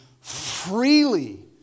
freely